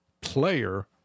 player